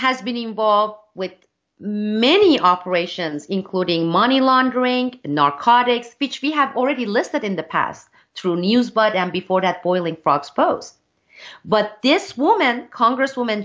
has been involved with many operations including money laundering narcotics speech we have already list that in the past through news but then before that boiling frogs pose but this woman congresswoman